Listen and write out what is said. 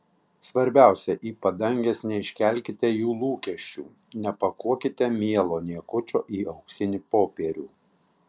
svarbiausia į padanges neiškelkite jų lūkesčių nepakuokite mielo niekučio į auksinį popierių